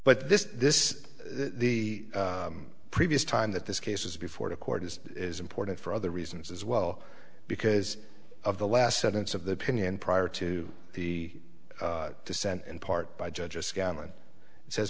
but this this is the previous time that this case was before the court is important for other reasons as well because of the last sentence of the opinion prior to the dissent in part by judge of scotland says